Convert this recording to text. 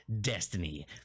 Destiny